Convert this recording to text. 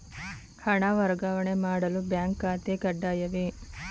ಹಣ ವರ್ಗಾವಣೆ ಮಾಡಲು ಬ್ಯಾಂಕ್ ಖಾತೆ ಕಡ್ಡಾಯವೇ?